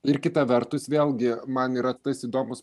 ir kita vertus vėlgi man yra tas įdomus